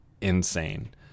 insane